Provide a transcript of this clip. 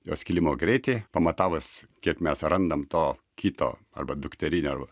jo skilimo greitį pamatavus kiek mes randam to kito arba dukterinio ar